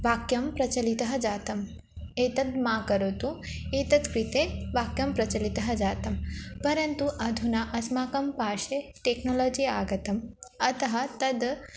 वाक्यं प्रचलितः जातम् एतद् मा करोतु एतद् कृते वाक्यं प्रचलितः जातं परन्तु अधुना अस्माकं पार्श्वे टेक्नोलजि आगतम् अतः तद्